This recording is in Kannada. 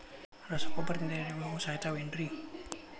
ರಸಗೊಬ್ಬರದಿಂದ ಏರಿಹುಳ ಸಾಯತಾವ್ ಏನ್ರಿ?